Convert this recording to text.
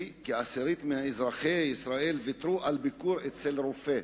כי כעשירית מאזרחי ישראל ויתרו על ביקור אצל רופא.